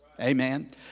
Amen